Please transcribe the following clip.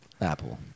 Apple